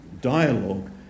dialogue